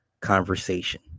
conversation